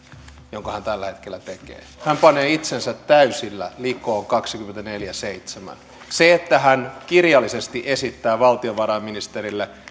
jonka hän tällä hetkellä tekee hän panee itsensä täysillä likoon kaksikymmentäneljä kautta seitsemän se että hän kirjallisesti esittää valtiovarainministerille